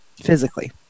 physically